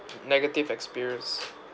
negative experience